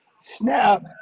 Snap